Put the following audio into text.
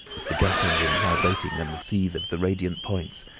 with the gas engine vibrating, and the seethe of the radiant points,